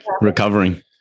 Recovering